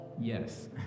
Yes